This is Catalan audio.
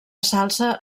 salsa